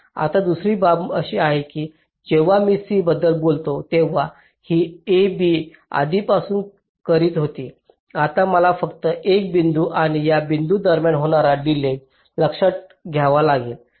आता दुसरी बाब अशी आहे की जेव्हा मी C बद्दल बोलतो तेव्हा ही A B आधीपासून करीत होती आता मला फक्त या बिंदू आणि या बिंदू दरम्यान होणारा डिलेज लक्षात घ्यावा लागेल